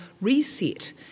reset